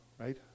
right